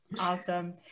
Awesome